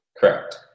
correct